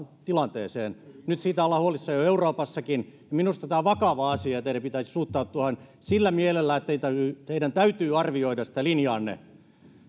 tilanteeseen nyt siitä ollaan huolissaan jo euroopassakin minusta tämä on vakava asia ja ja teidän pitäisi suhtautua sillä mielellä että teidän täytyy arvioida sitä linjaanne